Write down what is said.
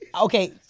Okay